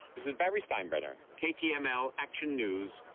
is and barrsteinbrenner ktml action news,